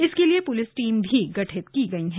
इसके लिए police team भी गठित की गई है